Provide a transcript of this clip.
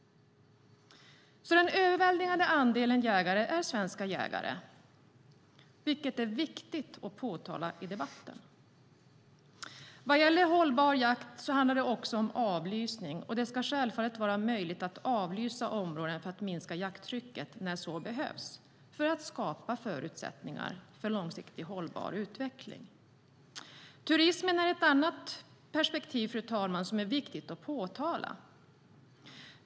Den överväldigande andelen jägare är svenska jägare, vilket är viktigt att påtala i debatten. Hållbar jakt handlar också om avlysning. Det ska självklart vara möjligt att avlysa områden för att minska jakttrycket när så behövs för att skapa förutsättningar för en långsiktigt hållbar utveckling. Turismen är ett annat perspektiv, fru talman, som är viktigt att påtala.